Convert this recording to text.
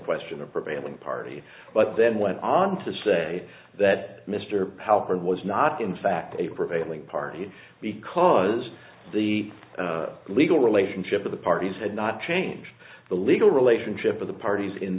question of prevailing party but then went on to say that mr palparan was not in fact a prevailing party because the legal relationship of the parties had not changed the legal relationship of the parties in